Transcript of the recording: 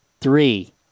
three